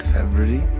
February